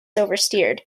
oversteered